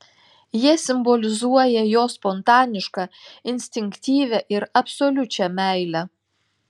jie simbolizuoja jo spontanišką instinktyvią ir absoliučią meilę